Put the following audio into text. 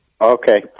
okay